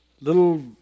little